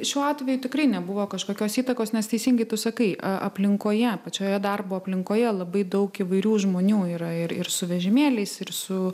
šiuo atveju tikrai nebuvo kažkokios įtakos nes teisingai tu sakai aplinkoje pačioje darbo aplinkoje labai daug įvairių žmonių yra ir ir su vežimėliais ir su